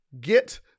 get